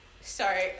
Sorry